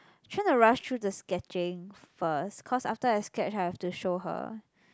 try to rush through the sketching first cause after I sketch I have to show her